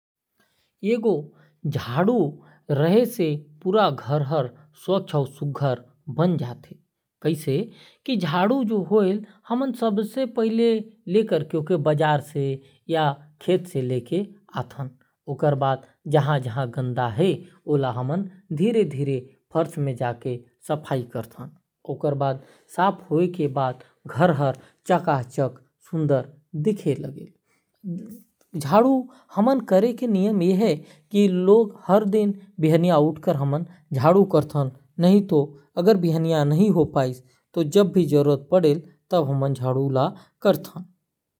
एक गो झाड़ू रहे से पूरा घर हर साफ और सुघर हो जायल। हमन झाड़ू के बाजार से लेके आ थें या खेत से । हमन रोज सुबह उठ के झाड़ू के द्वारा हे साफ सफाई कर थी।